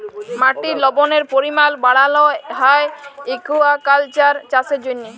মাটির লবলের পরিমাল বাড়ালো হ্যয় একুয়াকালচার চাষের জ্যনহে